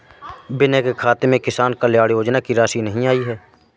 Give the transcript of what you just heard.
विनय के खाते में किसान कल्याण योजना की राशि नहीं आई है